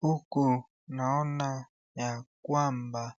Huku naona ya kwamba